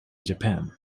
japan